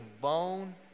bone